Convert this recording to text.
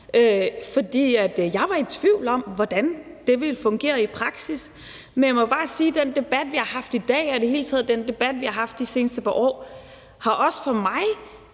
fordi jeg var i tvivl om, hvordan det ville fungere i praksis. Men jeg må jo bare sige, at den debat, vi har haft i dag, og i hele taget den debat, vi har haft de seneste par år, har været med